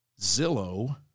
Zillow